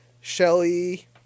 Shelly